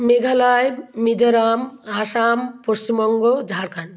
Meghalaya Mizoram Assam Paschimbanga Jharkhand